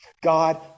God